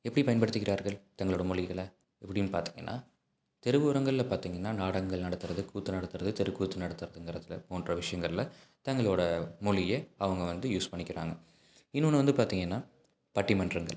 எப்படி பயன்படுத்துகிறார்கள் தங்களோட மொழிகள எப்படின்னு பார்த்துட்டீங்கன்னா தெரு ஓரங்களில் பார்த்தீங்கன்னா நாடகங்கள் நடத்துகிறது கூத்து நடத்துகிறது தெருக்கூத்து நடத்துகிறதுங்கிறதுல போன்ற விஷயங்கள்ல தங்களோட மொழிய அவங்க வந்து யூஸ் பண்ணிக்கிறாங்க இன்னொன்று வந்து பார்த்தீங்கன்னா பட்டிமன்றங்கள்